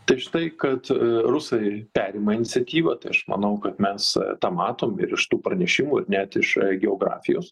tai štai kad rusai ir perima iniciatyvą tai aš manau kad mes tą matom ir iš tų pranešimų net iš geografijos